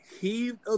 heaved